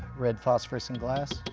red phosphorus and glass.